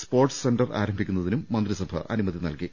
sports centre ആരംഭിക്കുന്നതിനും മന്ത്രിസഭ അനുമതി നൽകി